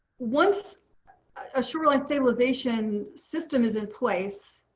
once a shoreline stabilization system is in place,